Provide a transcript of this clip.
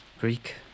Greek